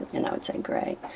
and i would say great.